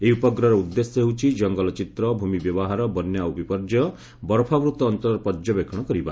ଏହି ଉପଗ୍ରହର ଉଦ୍ଦେଶ୍ୟ ହେଉଛି ଜଙ୍ଗଲ ଚିତ୍ର ଭୂମି ବ୍ୟବହାର ବନ୍ୟା ଓ ବିପର୍ଯ୍ୟୟ ବରଫାବୃତ ଅଞ୍ଚଳର ପର୍ଯ୍ୟବେକ୍ଷଣ କରିବା